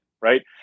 Right